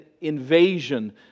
invasion